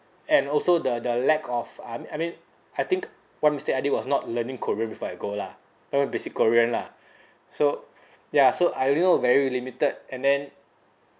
and also the the lack of um I mean I think one mistake I did was not learning korean before I go lah very basic korean lah so ya so I only know very limited and then